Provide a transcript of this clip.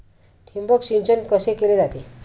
ठिबक सिंचन कसे केले जाते?